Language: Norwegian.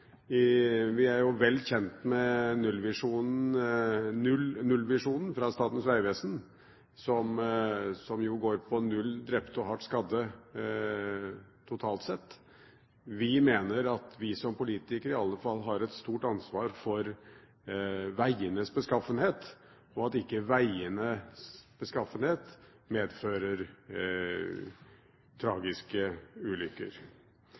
Vi er jo vel kjent med nullvisjonen til Statens vegvesen som går på null drepte og hardt skadde, totalt sett. Vi mener at vi som politikere i alle fall har et stort ansvar for vegenes beskaffenhet, og at ikke vegenes beskaffenhet skal medføre tragiske ulykker.